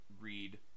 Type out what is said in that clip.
read